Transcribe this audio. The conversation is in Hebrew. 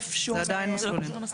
לצרף שום --- אבל עדיין זה מסלולים.